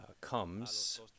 comes